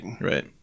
Right